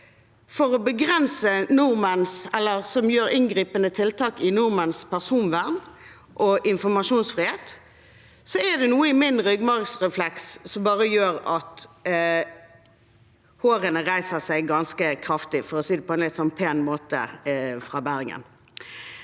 tiltak i nordmenns personvern og informasjonsfrihet, er det noe i min ryggmargsrefleks som gjør at hårene reiser seg ganske kraftig, for å si det